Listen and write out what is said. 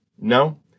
No